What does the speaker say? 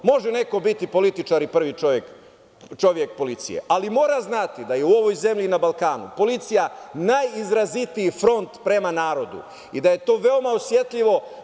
Može neko biti političar ili prvi čovek policije, ali mora znati da je u ovoj zemlji na Balkanu policija najizrazitiji front prema narodu i da je to veoma osetljiv.